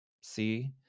See